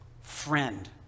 Friend